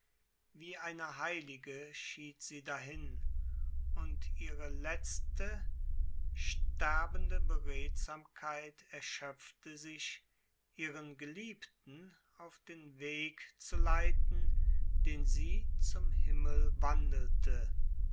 wie eine heilige schied sie dahin und ihre letzte sterbende beredsamkeit erschöpfte sich ihren geliebten auf den weg zu leiten den sie zum himmel wandelte